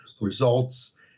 results